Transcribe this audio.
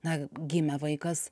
na gimė vaikas